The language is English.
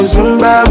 Zumba